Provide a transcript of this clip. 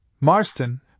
Marston